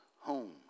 home